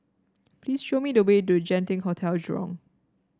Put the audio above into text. please show me the way to Genting Hotel Jurong